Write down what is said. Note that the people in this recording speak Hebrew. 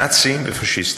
נאציים ופאשיסטיים.